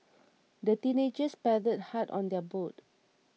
the teenagers paddled hard on their boat